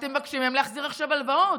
אתם מבקשים מהם להחזיר עכשיו הלוואות,